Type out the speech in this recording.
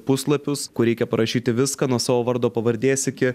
puslapius kur reikia parašyti viską nuo savo vardo pavardės iki